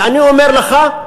ואני אומר לך,